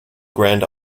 grand